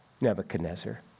Nebuchadnezzar